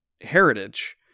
heritage